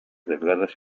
delgadas